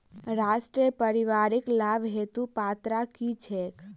राष्ट्रीय परिवारिक लाभ हेतु पात्रता की छैक